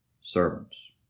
servants